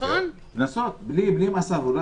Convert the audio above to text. קנסות, בלי מאסר.